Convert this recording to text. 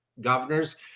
governors